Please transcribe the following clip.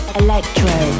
electro